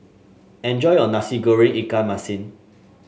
enjoy your Nasi Goreng Ikan Masin